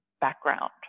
background